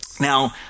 Now